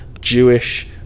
Jewish